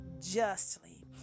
justly